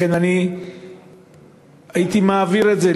לכן אני הייתי מעביר את זה,